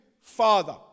father